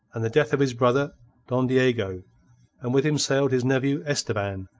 and the death of his brother don diego and with him sailed his nephew esteban,